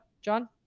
john